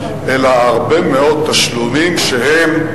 אלא הרבה מאוד תשלומים שהם,